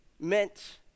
meant